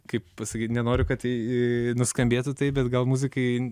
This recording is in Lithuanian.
kaip pasakyt nenoriu kad tai nuskambėtų taip bet gal muzikai